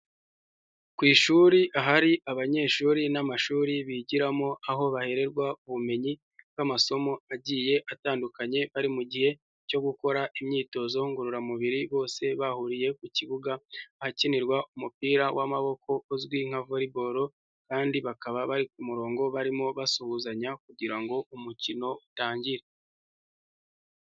Ku ishuri ahari abanyeshuri n'amashuri bigiramo aho bahererwa ubumenyi bw'amasomo agiye atandukanye, bari mu gihe cyo gukora imyitozo ngororamubiri, bose bahuriye ku kibuga ahakinirwa umupira w'amaboko uzwi nka volleyball, kandi bakaba bari ku murongo barimo basuhuzanya kugira ngo umukino utangire.